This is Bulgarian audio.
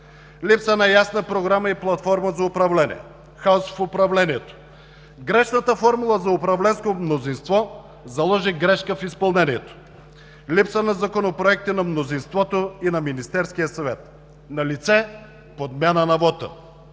Липса на ясна програма и платформа за управление, хаос в управлението. Грешната формула за управленско мнозинство заложи грешка в изпълнението – липса на законопроекти на мнозинството и на Министерския съвет. Налице е подмяна на вота.